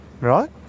right